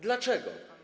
Dlaczego?